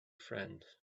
friend